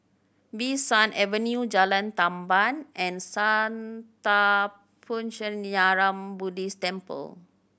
Bee San Avenue Jalan Tamban and Sattha Puchaniyaram Buddhist Temple